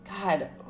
God